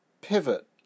pivot